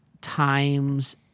times